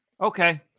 Okay